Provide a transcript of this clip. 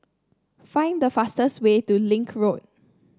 select the fastest way to Link Road